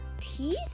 teeth